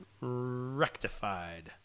Rectified